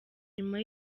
nyuma